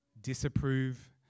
disapprove